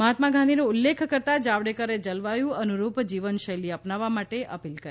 મહાત્મા ગાંધીનો ઉલ્લેખ કરતા જાવડેકરે જલવાયુ અનુરૂપ જીવનશૈલી અપનાવવા માટે અપીલ કરી